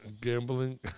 Gambling